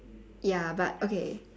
ya but okay